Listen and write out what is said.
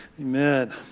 Amen